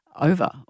over